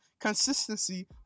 consistency